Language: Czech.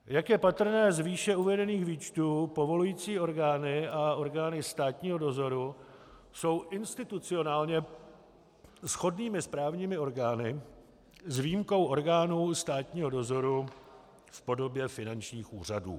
Jak je patrné z výše uvedených výčtů, povolující orgány a orgány státního dozoru jsou institucionálně shodnými správními orgány s výjimkou orgánů státního dozoru v podobě finančních úřadů.